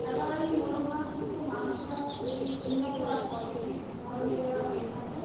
খেলোয়াড়ি মনোভাবযুক্ত মানুষেরা খুবই উন্নত আর পজিটিভ ধরনের এরা হয়ে থাকে